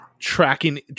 tracking